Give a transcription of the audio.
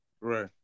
Right